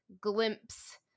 glimpse